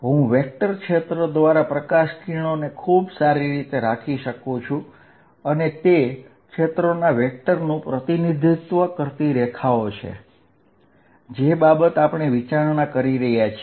હું વેક્ટર ક્ષેત્ર દ્વારા પ્રકાશ કિરણોને ખૂબ સારી રીતે રાખી શકું છું અને તે ક્ષેત્રોના વેક્ટરનું પ્રતિનિધિત્વ કરતી રેખાઓ છે જે બાબત આપણે વિચારણા કરી રહ્યા છીએ